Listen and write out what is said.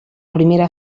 primera